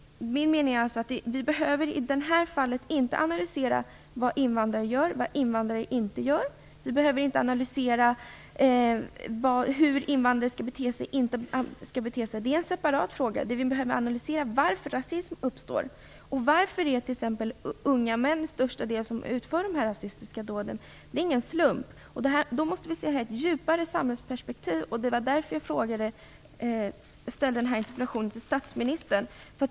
Min mening är att vi i det här fallet inte behöver analysera vad invandrare gör eller vad invandrare inte gör. Vi behöver inte analysera hur invandrare skall bete sig eller inte bete sig. Det är en separat fråga. Det vi behöver analysera är varför rasism uppstår och varför det till största delen är unga män som utför de rasistiska dåden. Det är ingen slump. Vi måste därför se frågan i ett djupare samhällsperspektiv, och det var av den anledningen jag ställde interpellationen till statsministern.